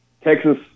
Texas